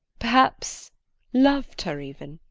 perhaps loved her even